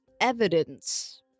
evidence